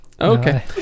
Okay